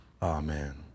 Amen